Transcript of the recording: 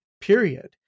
period